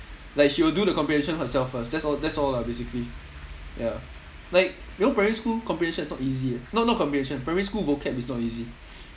like she will do the comprehension herself first that's all that's all ah basically ya like you know primary school comprehension is not easy eh not not comprehension primary school vocab is not easy